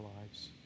lives